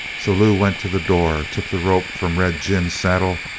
so lew went to the door, took the rope from red jim's saddle,